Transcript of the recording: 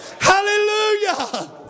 Hallelujah